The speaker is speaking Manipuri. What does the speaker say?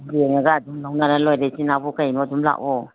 ꯌꯦꯡꯉꯒ ꯑꯗꯨꯝ ꯂꯧꯅꯔ ꯂꯣꯏꯔꯦ ꯏꯆꯤꯟꯅꯥꯎꯕꯨ ꯀꯩꯅꯣ ꯑꯗꯨꯝ ꯂꯥꯛꯑꯣ